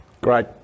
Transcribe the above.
Great